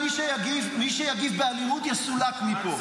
מי שיגיב באלימות יסולק מפה.